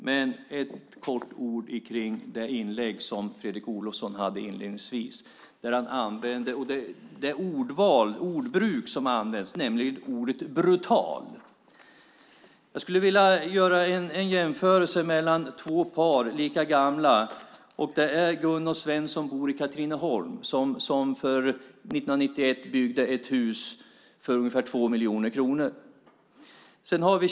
Jag vill kortfattat säga något om det inlägg som Fredrik Olovsson gjorde inledningsvis. Det gäller det ordval som användes, nämligen ordet brutal. Jag skulle vilja göra en jämförelse mellan två lika gamla par. Gun och Sven bor i Katrineholm, och 1991 byggde de ett hus för ungefär 2 miljoner kronor.